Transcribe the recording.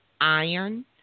iron